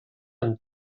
amb